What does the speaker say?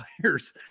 players